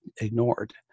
ignored